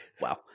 wow –